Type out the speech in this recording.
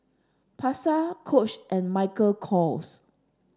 Pasar Coach and Michael Kors